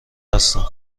هستند